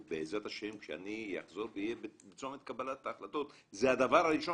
ובעזרת השם כשאני אחזור ואהיה בצומת קבלת ההחלטות זה הדבר הראשון